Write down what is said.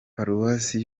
paruwasi